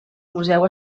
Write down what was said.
museu